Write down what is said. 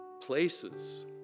places